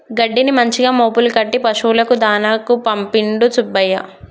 గడ్డిని మంచిగా మోపులు కట్టి పశువులకు దాణాకు పంపిండు సుబ్బయ్య